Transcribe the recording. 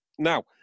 Now